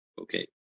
Okay